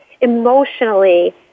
emotionally